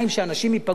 שאנשים ייפגעו,